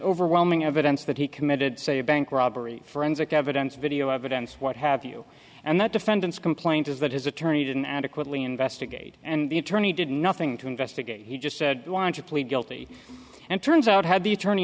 overwhelming evidence that he committed say a bank robbery forensic evidence video evidence what have you and that defendant's complaint is that his attorney didn't adequately investigate and the attorney did nothing to investigate he just said i want to plead guilty and turns out had the attorney